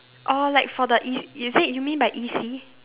oh like for the E is it you mean by E C